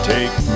Take